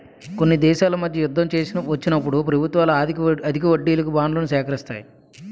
కొన్ని దేశాల మధ్య యుద్ధం వచ్చినప్పుడు ప్రభుత్వాలు అధిక వడ్డీలకు బాండ్లను సేకరిస్తాయి